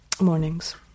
Mornings